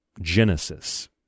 Genesis